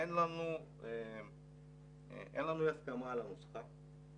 אין לנו הסכמה על הנוסחה.